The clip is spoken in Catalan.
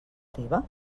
teva